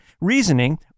reasoning